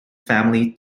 family